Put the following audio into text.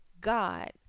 God